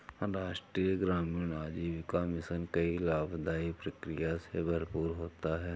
राष्ट्रीय ग्रामीण आजीविका मिशन कई लाभदाई प्रक्रिया से भरपूर होता है